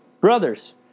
brothers